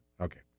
Okay